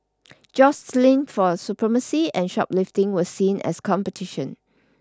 jostling for supremacy and shoplifting were seen as competition